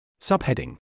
subheading